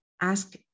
ask